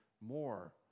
more